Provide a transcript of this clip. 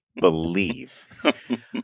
believe